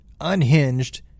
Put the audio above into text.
Unhinged